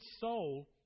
soul